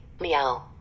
meow